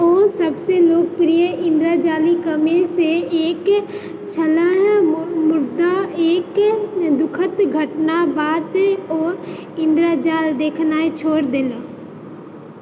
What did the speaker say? ओ सबसँ लोकप्रिय ऐन्द्रजालिकमेसँ एक छलाह मुदा एक दुखन्त घटनाक बाद ओ इन्द्रजाल देखनाइ छोड़ि देलनि